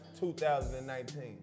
2019